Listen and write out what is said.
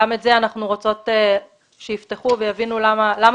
וגם את זה אנחנו רוצות שיפתחו ויבינו למה